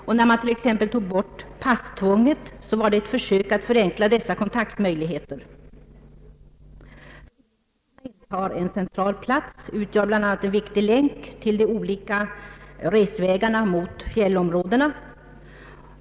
Borttagandet av passtvånget t.ex. var ett försök att förenkla kontaktmöjligheterna. Flygtransporterna intar en central plats och utgör en viktig länk i de olika resvägarna mot fjällområdena.